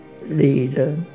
leader